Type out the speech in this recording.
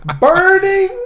burning